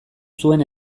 zuen